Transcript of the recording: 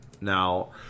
Now